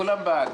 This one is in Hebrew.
כולם בעד.